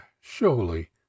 surely